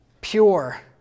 pure